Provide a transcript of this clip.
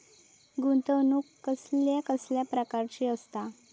गुंतवणूक कसल्या कसल्या प्रकाराची असता?